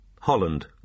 Holland